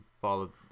follow